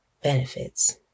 Benefits